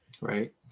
Right